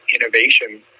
innovation